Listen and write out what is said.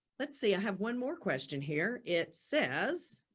let's see. i have one more question here. it says,